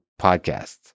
podcasts